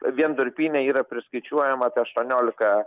vien durpyne yra priskaičiuojama apie aštuoniolika